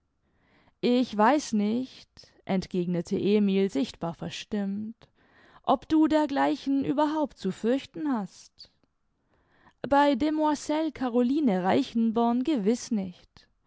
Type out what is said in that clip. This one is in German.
ich weiß nicht entgegnete emil sichtbar verstimmt ob du dergleichen überhaupt zu fürchten hast bei demoiselle caroline reichenborn gewiß nicht